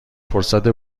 فرصت